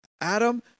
Adam